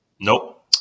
Nope